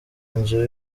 inzu